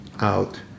out